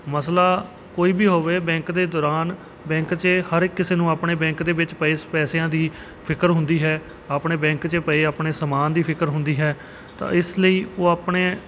ਮਸਲਾ ਕੋਈ ਵੀ ਹੋਵੇ ਬੈਂਕ ਦੇ ਦੌਰਾਨ ਬੈਂਕ 'ਚ ਹਰ ਇੱਕ ਕਿਸੇ ਨੂੰ ਆਪਣੇ ਬੈਂਕ ਦੇ ਵਿੱਚ ਪਏ ਪੈਸਿਆਂ ਦੀ ਫਿਕਰ ਹੁੰਦੀ ਹੈ ਆਪਣੇ ਬੈਂਕ 'ਚ ਪਏ ਆਪਣੇ ਸਮਾਨ ਦੀ ਫਿਕਰ ਹੁੰਦੀ ਹੈ ਤਾਂ ਇਸ ਲਈ ਉਹ ਆਪਣੇ